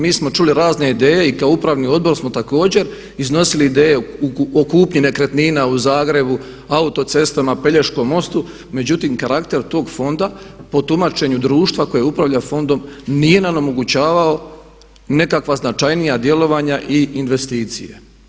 Mi smo čuli razne ideje i kao upravni odbor smo također iznosili ideje o kupnji nekretnina u Zagrebu, autocestama, Pelješkom mostu međutim karakter tog fonda po tumačenju društva koje upravlja fondom nije nam omogućavao nekakva značajnija djelovanja i investicije.